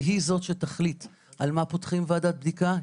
והיא זו שתחליט על מה פותחים ועדת בדיקה.